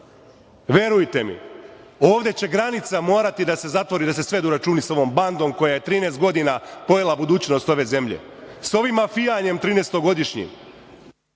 verujte mi, ovde će granica morati da se zatvori, da se svedu računi sa ovom bandom koja je 13 godina krojila budućnost ove zemlje. Sa ovim mafijanjem 13-godišnjim.